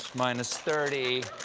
minus thirty.